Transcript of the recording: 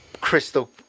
crystal